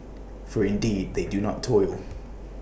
for indeed they do not toil